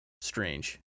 strange